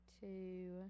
two